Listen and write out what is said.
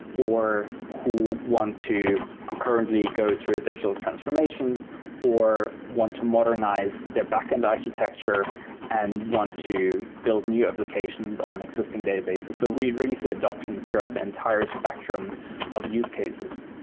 or who want to ah currently go through digital transformation or want to modernize their backend architecture and want to build new applications on existing databases. so we really see adoptions throughout the entire spectrum of use cases.